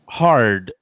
hard